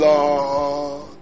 Lord